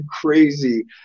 crazy